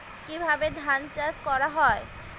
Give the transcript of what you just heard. কিভাবে ধান চাষ করা হয়?